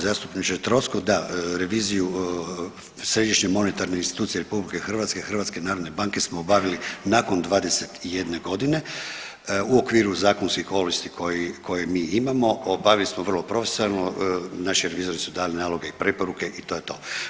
zastupniče Troskot, da reviziju središnje monetarne institucije RH HNB smo obavili nakon 21 godine u okviru zakonskih ovlasti koje mi imamo, obavili smo vrlo profesionalno, naši revizori su dali naloge i preporuke i to je to.